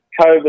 COVID